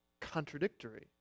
contradictory